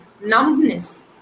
numbness